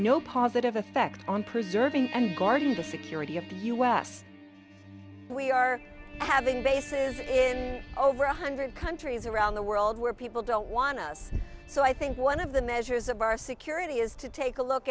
no positive effect on preserving and guarding the security of the us we are having bases in over one hundred countries around the world where people don't want us so i think one of the measures of our security is to take a look